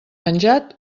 menjat